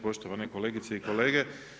Poštovane kolegice i kolege.